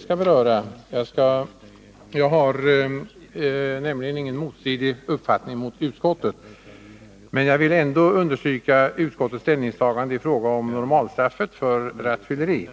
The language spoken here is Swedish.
skall beröra i dess helhet. Jag har nämligen ingen uppfattning som strider mot utskottets, men jag vill ändå understryka utskottets ställningstagande i fråga om normalstraffet för rattfylleri.